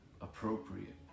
appropriate